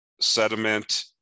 sediment